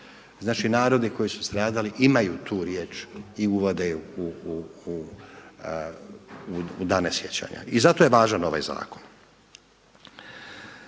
znači narodi koji su stradali imaju tu riječ i uvode ju u dane sjećanja i zato je važan ovaj zakon.